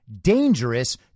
dangerous